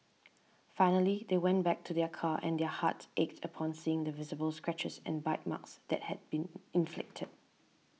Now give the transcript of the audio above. finally they went back to their car and their hearts ached upon seeing the visible scratches and bite marks that had been inflicted